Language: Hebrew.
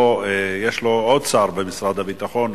ויש לו עוד שר במשרד הביטחון,